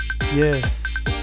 yes